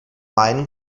main